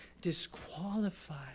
disqualified